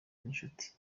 n’inshuti